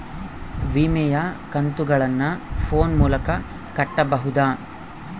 ವಿಮೆಯ ಕಂತುಗಳನ್ನ ಫೋನ್ ಮೂಲಕ ಕಟ್ಟಬಹುದಾ?